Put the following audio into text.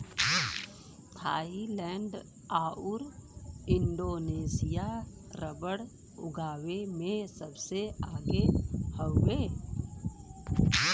Thailand आउर Indonesia rubber उगावे में सबसे आगे हउवे